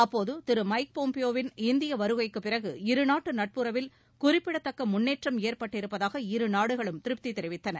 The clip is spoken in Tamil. அப்போது திரு மைக் பாம்ப்பியோவின் இந்திய வருகைக்குப் பிறகு இருநாட்டு நட்புறவில் குறிப்பிடத்தக்க முன்னேற்றம் ஏற்பட்டிருப்பதாக இருநாடுகளும் திருப்தி தெரிவித்தன